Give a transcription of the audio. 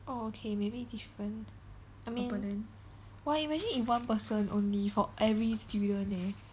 orh okay maybe different I mean !wah! imagine if one person only for every student eh